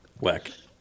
weck